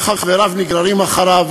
וחבריו נגררים אחריו,